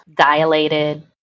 dilated